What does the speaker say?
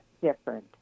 different